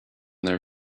their